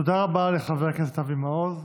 תודה רבה לחבר הכנסת אבי מעוז.